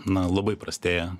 na labai prastėja